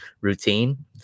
routine